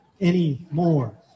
anymore